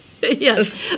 Yes